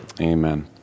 amen